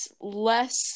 less